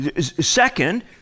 second